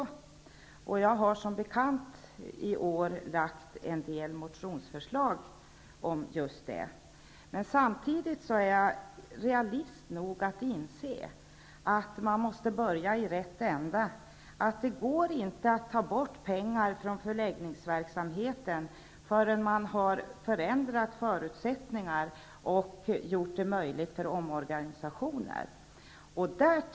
Som bekant har jag i år lagt fram en del motionsförslag i dessa ärenden. Samtidigt är jag emellertid realist nog att inse att man måste börja i rätt ände. Det går inte att föra bort pengar från förläggningsverksamheten innan man har förändrat förutsättningarna och gjort omorganisationer möjliga.